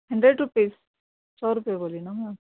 hundred rupees سو روپے بولی نہ میں آپ کو